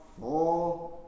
four